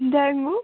dengue